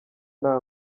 nta